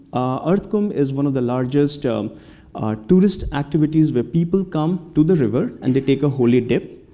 ardh kumbh is one of the largest um tourist activities where people come to the river, and they take a holy dip.